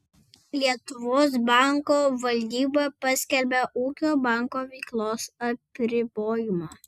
lietuvos banko valdyba paskelbė ūkio banko veiklos apribojimą